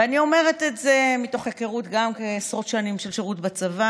ואני אומרת את זה גם מתוך היכרות במשך עשרות שנים של שירות בצבא,